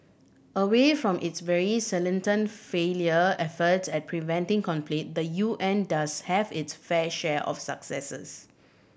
away from its very salient failure efforts at preventing conflict the U N does have its fair share of successes